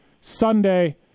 Sunday